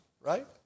right